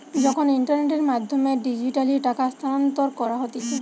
যখন ইন্টারনেটের মাধ্যমে ডিজিটালি টাকা স্থানান্তর করা হতিছে